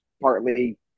partly